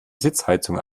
sitzheizung